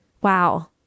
Wow